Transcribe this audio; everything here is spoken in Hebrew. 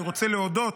אני רוצה להודות